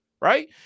Right